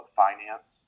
finance